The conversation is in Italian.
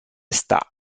sta